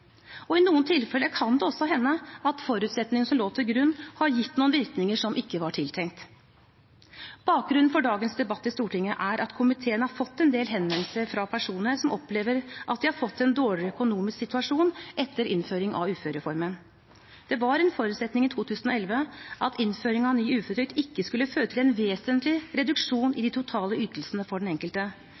I noen tilfeller kan det også hende at forutsetningene som lå til grunn, har gitt noen virkninger som ikke var tiltenkt. Bakgrunnen for dagens debatt i Stortinget er at komiteen har fått en del henvendelser fra personer som opplever at de har fått en dårligere økonomisk situasjon etter innføring av uførereformen. Det var en forutsetning i 2011 at innføring av ny uføretrygd ikke skulle føre til en vesentlig reduksjon i de totale ytelsene for den enkelte.